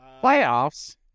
Playoffs